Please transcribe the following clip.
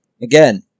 Again